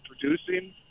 Producing